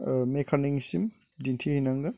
मेकानिकनिसिम दिन्थि हैनांगोन